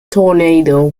tornado